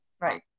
Right